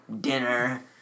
dinner